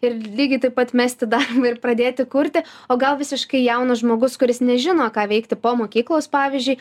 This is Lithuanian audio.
ir lygiai taip pat mesti darbą ir pradėti kurti o gal visiškai jaunas žmogus kuris nežino ką veikti po mokyklos pavyzdžiui